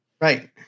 Right